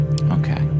Okay